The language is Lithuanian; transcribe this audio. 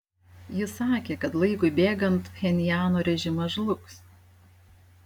jis sakė kad laikui bėgant pchenjano režimas žlugs